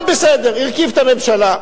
אבל בסדר, הרכיב את הממשלה.